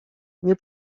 nie